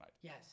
Yes